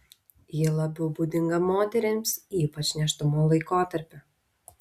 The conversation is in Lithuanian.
ji labiau būdinga moterims ypač nėštumo laikotarpiu